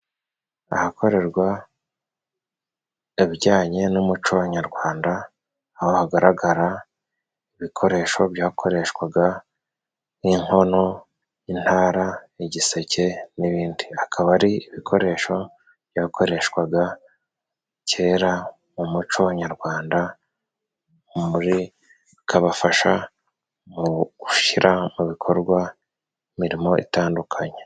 Ahakorerwa ibijyanye n'umuco nyarwanda, aho hagaragara ibikoresho byakoreshwaga nk'inkono, intara, giseke n'ibindi. Akaba ari ibikoresho byakoreshwaga kera mu muco nyarwanda, bikabafasha mu gushyira mu bikorwa imirimo itandukanye.